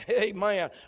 amen